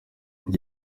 iki